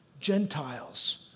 Gentiles